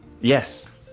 Yes